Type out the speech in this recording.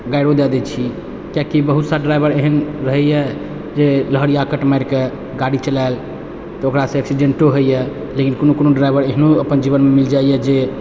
गारियो दऽ दै छी कियाकि बहुत सारा ड्राइवर एहनो रहै जे लहरिया कट मारिकऽ गाड़ी चलाएल तऽ ओकरासँ एक्सीडेन्टो होइए लेकिन कोनो कोनो ड्राइवर एहनो अपन जीवनमे मिलि जाइए जे